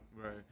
Right